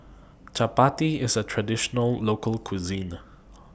Chapati IS A Traditional Local Cuisine